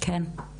כן.